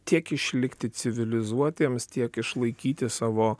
tiek išlikti civilizuotiems tiek išlaikyti savo